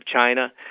China